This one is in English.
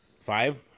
Five